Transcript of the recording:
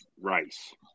rice